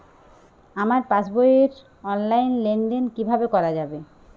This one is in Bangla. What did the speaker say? আমার পাসবই র অনলাইন লেনদেন কিভাবে করা যাবে?